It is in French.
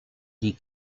des